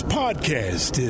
podcast